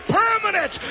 permanent